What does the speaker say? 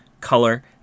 color